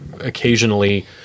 Occasionally